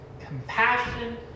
compassion